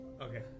Okay